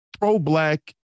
pro-black